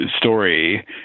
story